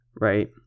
right